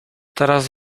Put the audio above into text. teraz